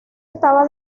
estaba